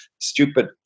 stupid